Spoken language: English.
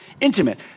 Intimate